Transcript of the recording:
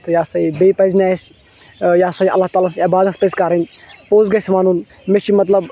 تہٕ یہِ ہسا یہِ بیٚیہِ پَز نہِ اَسہِ یہِ ہسا یہِ اَللہ تَعالاہَس سٕنٛز عِبادَتھ پَزِ کَرٕنۍ پوٚز گَژھِ وَنُن مےٚ چھِ مَطلَب